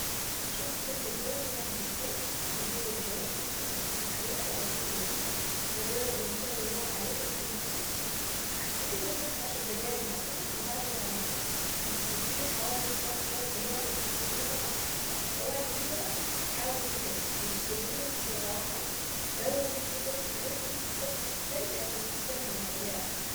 شوفي سلق البيت سهل جدا عجين البيض وحطيه في حلة وتغطيه بالماية تشغلي النار عليه وتخليه يغلي وهتسيبيه مدة عشر دقايق مثلا وبعد الغليان هتسيبيه حوالي مثلا خمس دقايق في ماية ساقعة وبعد كده حاولي تقشريه بالراحة لو سخن عليكي ممكن تحطي تلج عشان تسهلي العملية اكتر.